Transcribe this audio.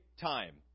time